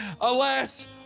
Alas